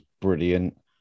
brilliant